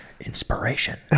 Inspiration